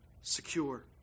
secure